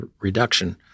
reduction